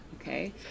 okay